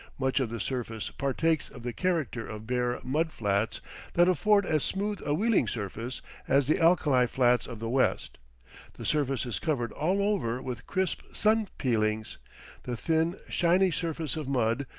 much of the surface partakes of the character of bare mud-flats that afford as smooth a wheeling surface as the alkali flats of the west the surface is covered all over with crisp sun peelings the thin, shiny surface of mud,